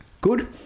good